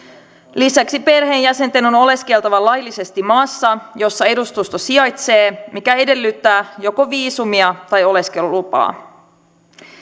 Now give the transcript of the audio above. lisäksi perheenjäsenten on oleskeltava laillisesti maassa jossa edustusto sijaitsee mikä edellyttää joko viisumia tai oleskelulupaa